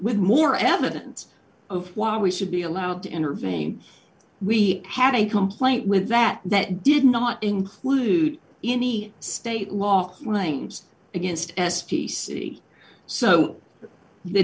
with more evidence of why we should be allowed to intervene we had a complaint with that that did not include any state law claims against s p c so the